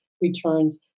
Returns